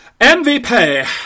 MVP